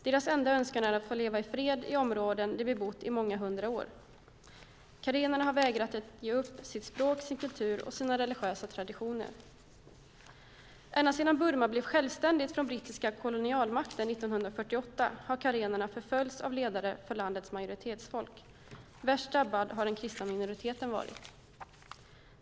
Deras enda önskan är att få leva i fred i områden som de har bebott i många hundra år. Karenerna har vägrat att ge upp sitt språk, sin kultur och sina religiösa traditioner. Ända sedan Burma blev självständigt från den brittiska kolonialmakten 1948 har karenerna förföljts av ledare för landets majoritetsfolk. Värst drabbad har den kristna minoriteten varit.